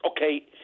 Okay